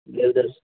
देवदर्शन